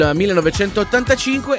1985